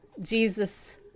Jesus